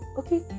okay